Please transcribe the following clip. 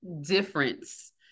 difference